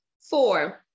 Four